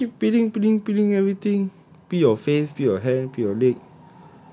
ya lah you keep peeling peeling peeling everything peel your face peel your hand peel your leg